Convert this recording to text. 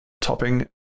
topping